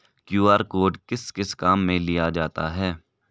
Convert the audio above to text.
QR code किस किस काम में लिया जाता है?